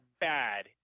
bad